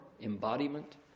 embodiment